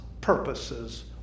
purposes